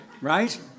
Right